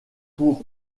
pour